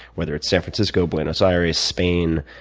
whether it's san francisco, buenos aires, spain,